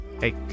hey